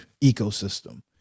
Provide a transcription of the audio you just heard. ecosystem